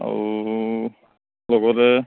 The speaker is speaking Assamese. আৰু লগতে